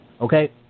Okay